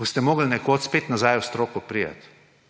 boste mogli nekoč spet nazaj v stroko priti.